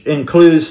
includes